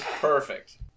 Perfect